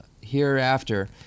hereafter